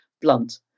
blunt